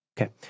Okay